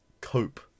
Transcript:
Cope